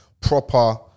proper